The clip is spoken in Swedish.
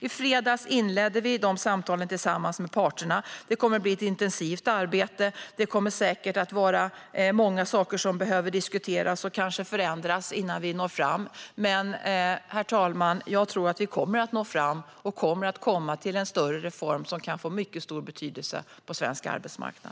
I fredags inledde vi samtal med parterna. Det kommer säkert att bli ett intensivt arbete. Det kommer säkert att vara många saker som behöver diskuteras och kanske förändras innan vi når fram, men jag tror att vi kommer att nå fram och få en större reform som kan få mycket stor betydelse på svensk arbetsmarknad.